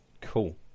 Cool